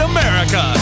America